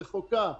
רחוקה,